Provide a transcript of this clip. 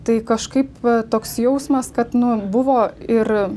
tai kažkaip va toks jausmas kad nu buvo ir